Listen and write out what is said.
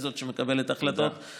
היא זאת שמקבלת החלטות,